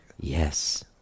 Yes